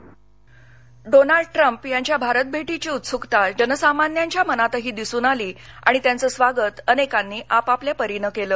मर्ती Donald Trump यांच्या भारत भेटीची उत्सुकता जनसामान्यांच्या मनातही दिसून आली आणि त्यांचं स्वागत अनेकांनी आपापल्या परीनं केलं